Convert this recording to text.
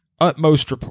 utmost